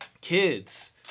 Kids